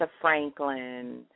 Franklin